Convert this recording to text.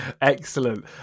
Excellent